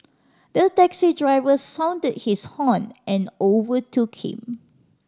the taxi driver sounded his horn and overtook him